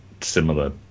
similar